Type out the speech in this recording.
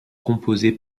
composée